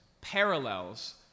parallels